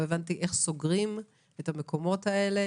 לא הבנתי איך סוגרים את המקומות האלה,